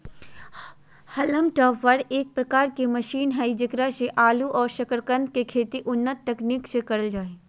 haulm topper एक प्रकार के मशीन हई जेकरा से आलू और सकरकंद के खेती उन्नत तकनीक से करल जा हई